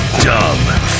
Dumb